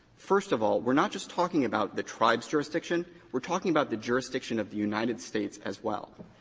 first of all, we're not just talking about the tribe's jurisdiction. we're talking about the jurisdiction of the united states as well.